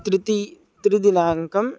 तृती त्रिदिनाङ्कः